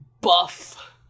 buff